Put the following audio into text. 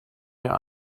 mir